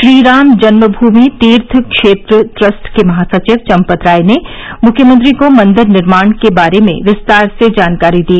Shriram Janma Bhoomi Teerth Kshetra trust के महासचिव चंपत राय ने मुख्यमंत्री को मंदिर निर्माण के बारे में विस्तार से जानकारी दी